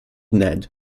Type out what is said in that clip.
ned